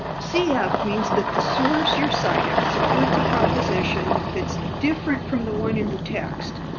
cf. means that the source you're citing supports a proposition that's different from the one in the text,